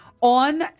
on